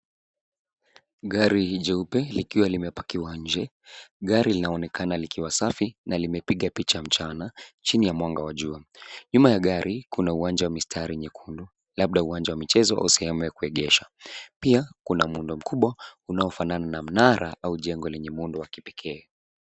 Gari jeupe likiwa limepakiwa nje. Gari linaonekana likiwa safi na limepiga picha mchana chini ya mwanga wa jua. Nyuma ya gari kuna uwanja wa mistari nyekundu labda uwanja wa michezo au sehemu ya kuegesha. Pia kuna muundo mkubwa unaofanana na mnara au jengo lenye muundo wa kipekee.